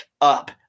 up